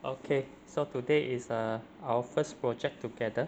okay so today is our first project together